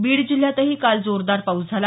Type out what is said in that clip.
बीड जिल्ह्यातली काल जोरदार पाऊस झाला